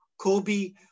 Kobe